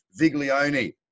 Viglione